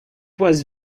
was